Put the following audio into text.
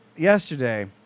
Yesterday